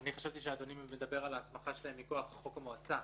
אני חשבתי שאדוני מדבר על ההסמכה שלכם מכוח חוק המועצה,